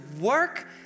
work